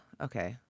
Okay